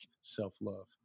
self-love